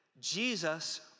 Jesus